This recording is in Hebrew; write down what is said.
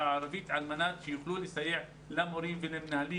ערבית על מנת שיוכלו לסייע למורים ולמנהלים